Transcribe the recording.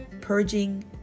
purging